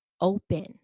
open